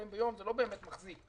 שעתיים ביום; זה לא באמת מחזיק.